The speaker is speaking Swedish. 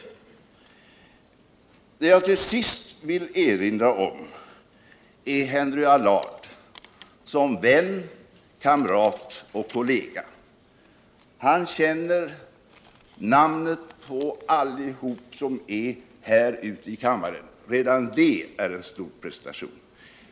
Det jag till sist vill erinra om är Henry Allard som vän, kamrat och kollega. Han känner namnet på oss alla här i kammaren. Redan det är en stor prestation.